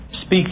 speak